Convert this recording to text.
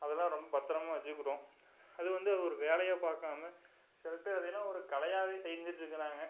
அதெல்லாம் ரொம்ப பத்திரமா வச்சுக்கிறோம் அது வந்து ஒரு வேலையாக பார்க்காம சில பேர் அதெல்லாம் ஒரு கலையாகவே செஞ்சுட்டு இருக்கிறாங்க